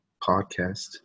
podcast